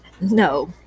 No